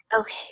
Okay